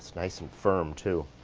nice and firm too.